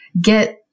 get